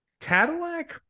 Cadillac